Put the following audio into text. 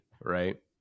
right